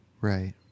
Right